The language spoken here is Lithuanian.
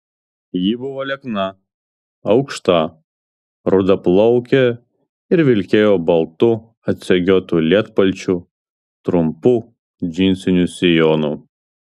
ji buvo liekna aukšta rudaplaukė ir vilkėjo baltu atsegiotu lietpalčiu trumpu džinsiniu sijonu